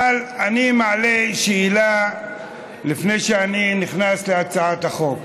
אבל אני מעלה שאלה לפני שאני נכנס להצעת החוק.